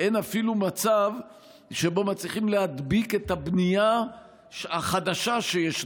אין אפילו מצב שבו מצליחים להדביק את הבנייה החדשה שיש,